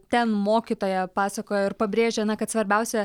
ten mokytoja pasakoj ir pabrėžė na kad svarbiausia